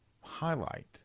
highlight